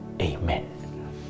Amen